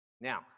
Now